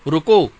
ਰੁਕੋ